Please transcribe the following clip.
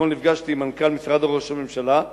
אתמול נפגשתי עם מנכ"ל משרד ראש הממשלה,